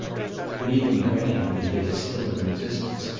but even granting that they were still in existence,